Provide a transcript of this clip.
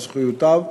זכויותיו,